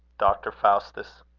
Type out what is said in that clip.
doctor faustus.